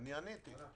עניתי.